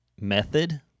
method